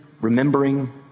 remembering